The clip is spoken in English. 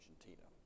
Argentina